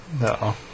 No